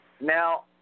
now